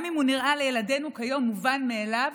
גם אם הוא נראה לילדינו כיום מובן מאליו,